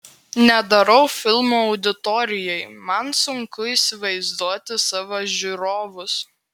nedarau filmų auditorijai man sunku įsivaizduoti savo žiūrovus